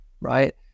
right